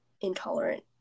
intolerant